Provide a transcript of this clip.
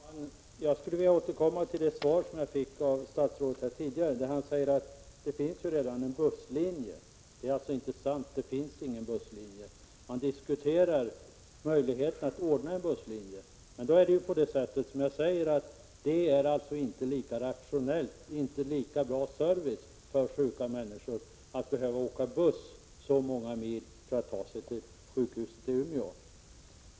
Herr talman! Jag skulle vilja återkomma till det svar som jag fick av statsrådet tidigare. Han säger att det redan finns en busslinje, men det är inte sant, för det finns ingen sådan. Man diskuterar möjligheten att ordna en busslinje. Men som jag sade är det inte lika rationellt och innebär inte lika god service för sjuka människor att behöva åka buss så många mil för att ta sig till sjukhuset i Umeå.